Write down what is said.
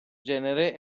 genere